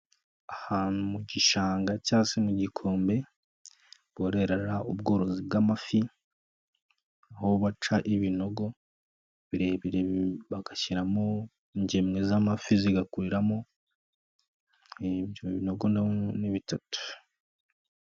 Ahantu mu gishanga cyangwa se mu gikombe bororera ubworozi bw'amafi, aho baca ibinogo birebire bagashyiramo ingemwe z'amafi zigakuriramo ibyo binogo ni bitatu.